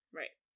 right